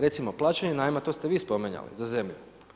Recimo plaćanje najma, to ste vi spominjali za zemlju.